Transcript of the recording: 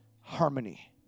harmony